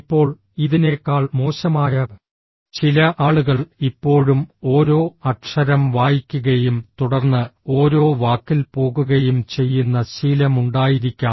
ഇപ്പോൾ ഇതിനേക്കാൾ മോശമായ ചില ആളുകൾ ഇപ്പോഴും ഓരോ അക്ഷരം വായിക്കുകയും തുടർന്ന് ഓരോ വാക്കിൽ പോകുകയും ചെയ്യുന്ന ശീലമുണ്ടായിരിക്കാം